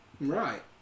Right